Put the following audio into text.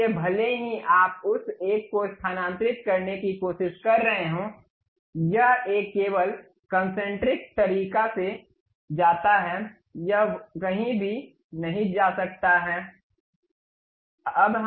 इसलिए भले ही आप उस एक को स्थानांतरित करने की कोशिश कर रहे हों यह एक केवल कन्सेन्ट्रिक तरीका से जाता है यह कहीं भी नहीं जा सकता है